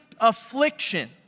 affliction